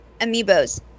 Amiibos